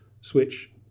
switch